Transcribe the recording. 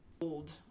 old